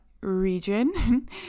region